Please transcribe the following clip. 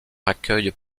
accueillent